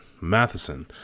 Matheson